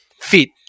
fit